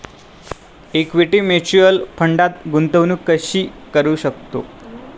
Equity mutual फंडात गुंतवणूक कशी करू शकतो?